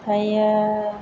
ओमफ्रायो